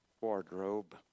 wardrobe